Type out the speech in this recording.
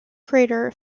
crater